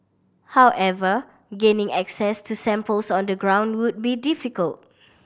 however gaining access to samples on the ground would be difficult